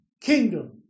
kingdom